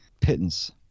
pittance